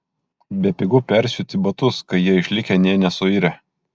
bepigu persiūti batus kai jie išlikę nė nesuirę